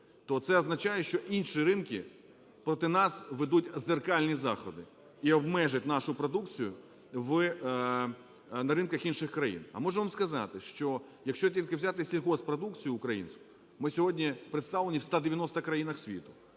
то це означає, що інші ринки проти нас введуть дзеркальні заходи і обмежать нашу продукцію на ринках інших країн. А можу вам сказати, що якщо тільки взяти сільгосппродукцію українську, ми сьогодні представлені в 190 країнах світу.